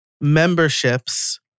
memberships